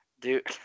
Dude